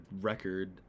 record